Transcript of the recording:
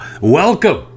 Welcome